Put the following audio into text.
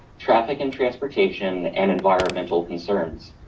traffic and transportation and environmental concerns.